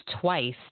twice